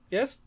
Yes